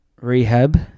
rehab